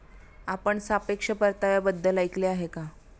आपण सापेक्ष परताव्याबद्दल ऐकले आहे का?